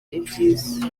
ibyiza